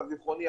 למיטב זיכרוני,